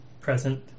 present